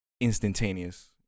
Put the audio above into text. instantaneous